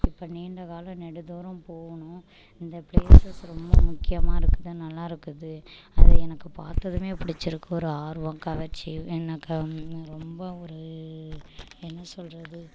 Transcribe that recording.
இப்போ நீண்ட காலம் நெடுந்தூரம் போகணுன்னா இந்த பிளேசஸ் ரொம்ப முக்கியமாக இருக்குது நல்லா இருக்குது அது எனக்கு பார்த்ததுமே பிடிச்சிருக்கு ஒரு ஆர்வம் கவர்ச்சி எனக்கு ரொம்ப ஒரு என்ன சொல்லுறது